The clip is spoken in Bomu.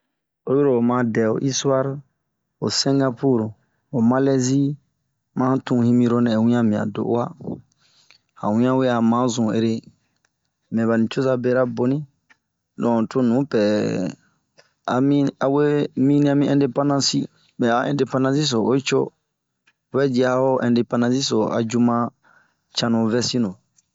Oyi ro'o ma dɛri istuari ho Singapur ,malɛzi ma han tun hinro niɛ wuna mi ho do'ua. Han ŋian we a maa zun'ere. Mɛ ba nicoza bera boni ,donke to nu pɛɛ ami awe minian mi ɛndepandansi, nɛn a ɛndepandansi ,oyoyi diaho ɛndepansi so ayu ma canu vɛsi nu.